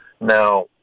Now